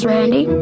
Randy